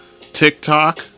TikTok